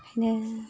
ओंखायनो